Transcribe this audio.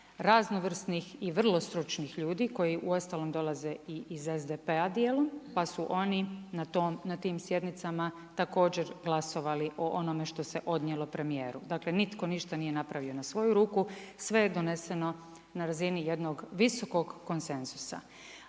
raznovrsnih i vrlo stručnih ljudi koji uostalom dolaze i iz SDP-a dijelom pa su oni na tim sjednicama također glasovali o onome što se odnijelo premijeru. Dakle nitko ništa nije napravio na svoju ruku, sve je doneseno na razini jednog visokog konsenzusa.